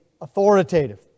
authoritative